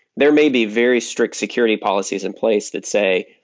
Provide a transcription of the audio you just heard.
there may be very strict security policies in place that say,